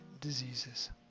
diseases